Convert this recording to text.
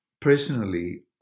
personally